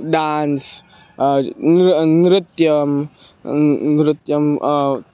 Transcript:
dance नृत्यं नृत्यं नृत्यं